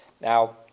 Now